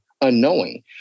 unknowing